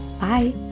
Bye